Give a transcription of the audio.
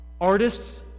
artists